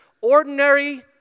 ordinary